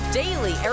daily